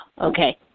okay